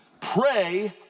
pray